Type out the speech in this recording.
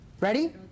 ready